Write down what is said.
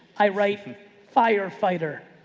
i write for fire fighter.